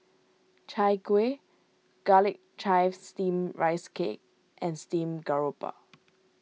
Chai Kueh Garlic Chives Steamed Rice Cake and Steamed Garoupa